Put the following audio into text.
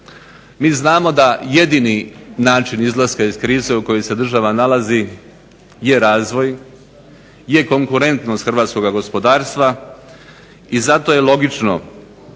Mi znamo da jedni način izlaska iz krize u kojoj se država nalazi je razvoj, je konkurentnost hrvatskog gospodarstva i zato je logično